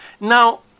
Now